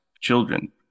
children